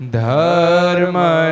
Dharma